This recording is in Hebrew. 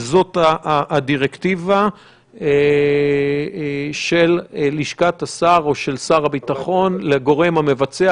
זאת הדירקטיבה של לשכת השר או של שר הביטחון לגורם המבצע,